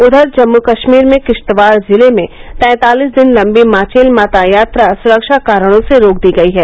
उधर जम्मू कश्मीर में किश्तवाड़ जिले में तैंतालिस दिन लंबी माचेल माता यात्रा सुरक्षा कारणों से रोक दी गई है